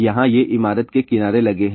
यहाँ ये इमारत के किनारे लगे हैं